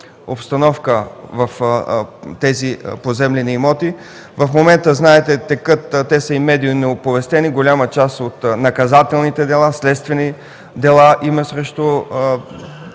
обстановка в тези поземлени имоти. В момента текат (те са и медийно оповестени) голяма част от наказателните дела. Има следствени дела срещу